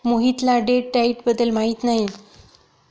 मोहितला date diet बद्दल माहिती नाही